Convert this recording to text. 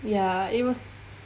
ya it was